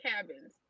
cabins